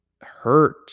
hurt